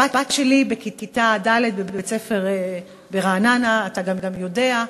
הבת שלי בכיתה ד' בבית-ספר ברעננה, אתה גם יודע,